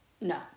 No